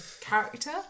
character